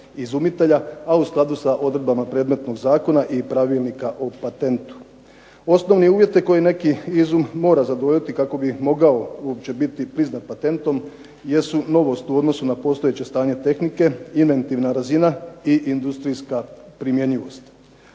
izumitelja, a u skladu s odredbama predmetnog zakona i Pravilnika o patentu. Osnovni uvjeti koje neki izum mora zadovoljiti kako bi mogao uopće biti priznat patentom jesu novost u odnosu na postojeće stanje tehnike, inventivna razina i industrijska primjenjivost.